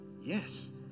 yes